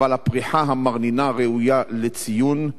אבל הפריחה המרנינה ראויה לציון.